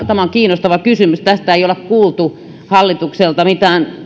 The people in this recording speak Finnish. tämä on kiinnostava kysymys tästä ei olla kuultu hallitukselta mitään